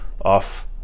off